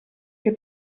che